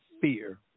fear